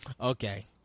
Okay